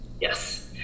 yes